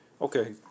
Okay